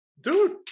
dude